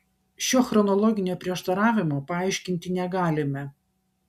šio chronologinio prieštaravimo paaiškinti negalime